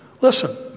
Listen